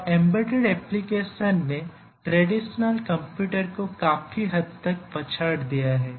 अब embedded applications ने traditional कंप्यूटरों को काफी हद तक पछाड़ दिया है